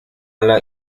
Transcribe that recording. ala